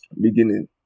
beginning